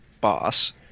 boss